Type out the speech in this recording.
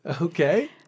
Okay